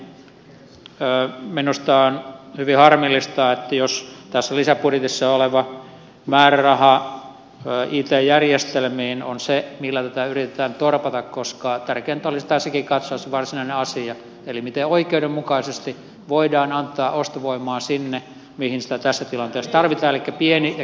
tältä osin minusta on hyvin harmillista jos tässä lisäbudjetissa oleva määräraha it järjestelmiin on se millä tätä yritetään torpata koska tärkeintä olisi tässäkin katsoa se varsinainen asia eli se miten oikeudenmukaisesti voidaan antaa ostovoimaa sinne mihin sitä tässä tilanteessa tarvitaan elikkä pieni ja keskituloisiin lapsiperheisiin